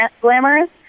glamorous